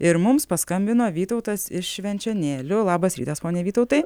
ir mums paskambino vytautas iš švenčionėlių labas rytas pone vytautai